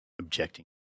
objecting